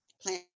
Plan